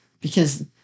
because-